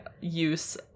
use